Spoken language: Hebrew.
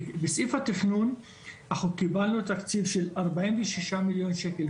בסעיף התכנון אנחנו קיבלנו תקציב של ארבעים ושישה מיליון שקל,